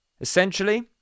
Essentially